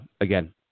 again